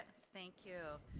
thank you.